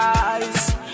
eyes